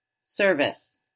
Service